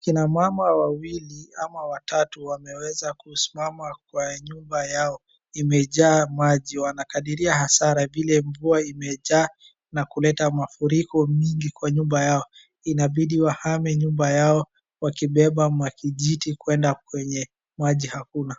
Kina mama wawili ama watatu wameweza kusimama kwa nyumba yao, imejaa maji. Wanakadiria hasara vile mvua imejaa na kuleta mafuriko mingi kwa nyumba yao. Inabidi wahame nyumba yao wakibeba makijiti kwenda kwenye maji hakuna.